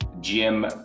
Jim